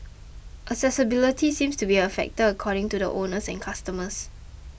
accessibility seems to be a factor according to the owners and customers